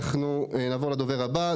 אנחנו נעבור לדובר הבא,